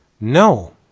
No